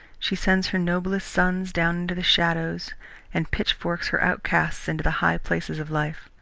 she sends her noblest sons down into the shadows and pitchforks her outcasts into the high places of life.